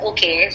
Okay